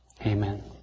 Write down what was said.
Amen